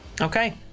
Okay